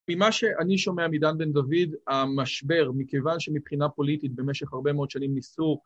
ממה שאני שומע מדן בן דוד, המשבר, מכיוון שמבחינה פוליטית במשך הרבה מאוד שנים ניסו